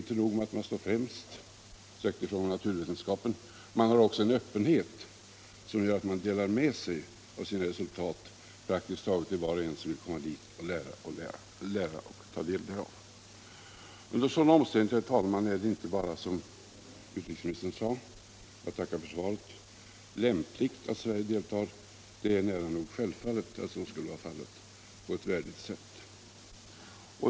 Inte nog med att man står främst, särskilt i fråga om naturvetenskapen, man har också en öppenhet som gör att man delar med sig av sina resultat praktiskt taget till var och en som vill komma dit för att lära. Under sådana omständigheter, herr talman, är det inte bara som utrikesministern sade — jag tackar för svaret — lämpligt att Sverige deltar, utan det är också självklart att så skulle vara fallet på ett värdigt sätt.